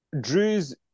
Drew's